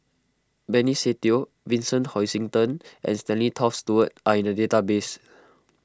Benny Se Teo Vincent Hoisington and Stanley Toft Stewart are in the database